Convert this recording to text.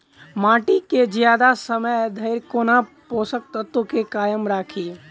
माटि केँ जियादा समय धरि कोना पोसक तत्वक केँ कायम राखि?